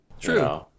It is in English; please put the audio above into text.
True